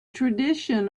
tradition